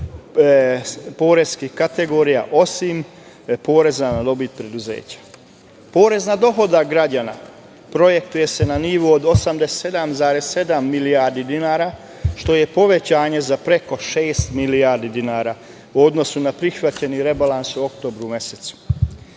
na dohodak građana projektuje se na nivo od 87,7 milijardi dinara, što je povećanje za preko šest milijardi dinara u odnosu na prihvaćeni rebalans u oktobru mesecu.